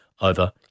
over